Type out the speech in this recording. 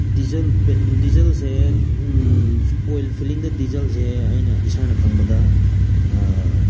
diesel ꯗꯤꯖꯜꯁꯦ oil ꯐꯤꯂꯤꯡꯗ ꯗꯤꯖꯜꯁꯦ ꯑꯩꯅ ꯏꯁꯥꯅ ꯈꯪꯕꯗ